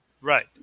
Right